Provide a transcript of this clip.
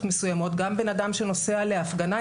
מסוימות גם בן אדם שנוסע להפגנה,